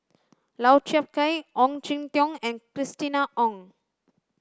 Lau Chiap Khai Ong Jin Teong and Christina Ong